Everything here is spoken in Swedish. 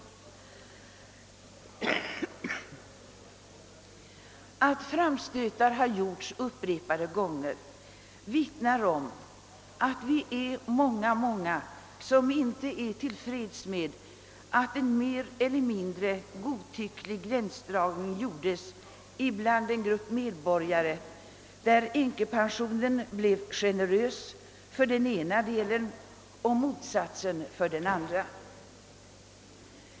De upprepade framstötarna i saken vittnar om att vi är många som inte är till freds med att en mer eller mindre godtycklig gränsdragning «gjorts bland en grupp medborgare, så att änkepensionen har blivit generöst tilltagen för den ena delen och motsatsen för den andra.